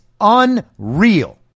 unreal